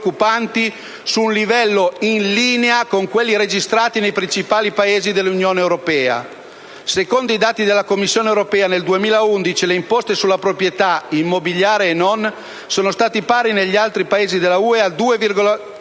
su un livello in linea con quelli registrati nei principali Paesi dell'Unione europea». Secondo i dati della Commissione europea, nel 2011 le imposte sulla proprietà, immobiliare e non, sono state pari negli altri Paesi della UE al 2,1